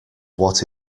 what